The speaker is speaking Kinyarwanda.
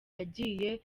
yagiye